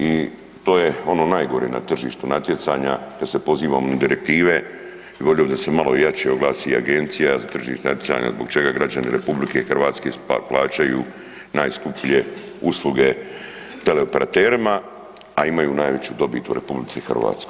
I to je ono najgore na tržištu natjecanja, da se pozivamo na direktive i volio bih da se malo jače oglasi Agencija tržišnog natjecanja zbog čega građani RH plaćaju najskuplje usluge teleoperaterima, a imaju najveću dobit u RH.